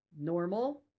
normal